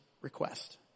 request